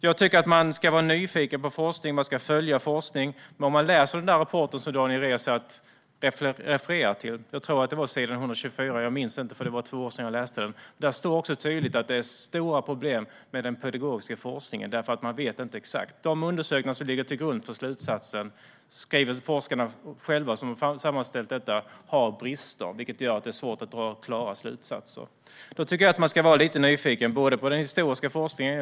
Jag tycker att man ska vara nyfiken på och följa forskning. I den rapport som Daniel Riazat refererar till - jag tror att det är på s. 124, men jag minns inte, för det var två år sedan jag läste den - står också tydligt att det finns stora problem med den pedagogiska forskningen; man vet inte exakt. De undersökningar som ligger till grund för slutsatsen har, enligt de forskare som sammanställt detta, brister, vilket gör att det är svårt att dra klara slutsatser. Jag tycker att man ska vara lite nyfiken på den historiska forskningen.